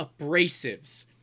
abrasives